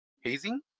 Hazing